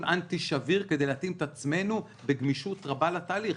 אנטי-שביר כדי להתאים את עצמנו בגמישות רבה לתהליך.